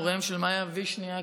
הוריה של מאיה וישניאק,